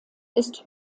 ist